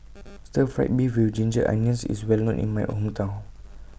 Stir Fried Beef with Ginger Onions IS Well known in My Hometown